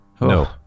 No